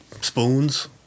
spoons